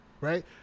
right